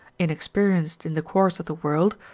inexperienced in the course of the world,